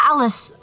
Alice